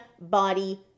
body